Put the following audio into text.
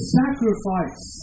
sacrifice